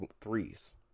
threes